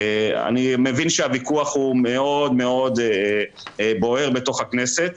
אני מבין שהוויכוח הוא מאוד מאוד בוער בתוך הכנסת,